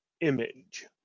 image